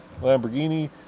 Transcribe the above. Lamborghini